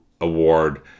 award